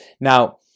Now